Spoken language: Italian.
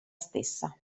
stessa